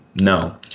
No